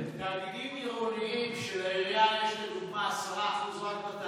תאגידים עירוניים של העירייה לא זוכים